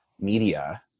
media